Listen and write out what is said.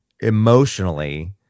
emotionally